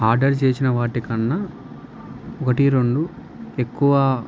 order చేసిన వాటి కన్నా ఒకటి రెండు ఎక్కువ